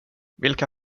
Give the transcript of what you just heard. vilka